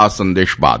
આ સંદેશ બાદ